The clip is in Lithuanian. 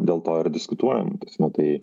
dėl to ir diskutuojam na tai